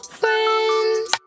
friends